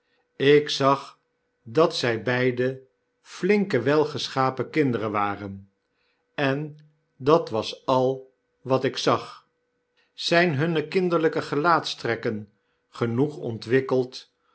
ik zag dat zy beiden flinke welgeschapen kinderen waren en dat was al wat ik zag zyn hunne kmderlyke gelaatstrekken genoeg ontwikkeld